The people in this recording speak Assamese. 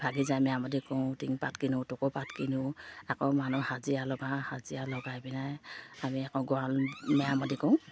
ভাগি যায় মেৰামতি কৰোঁ টিংপাত কিনো টুকুপাত কিনো আকৌ মানুহ হাজিৰা লগাও হাজিৰা লগাই পিনে আমি আকৌ গঁৰাল মেৰামতি কৰোঁ